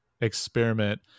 experiment